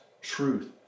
truth